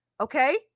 Okay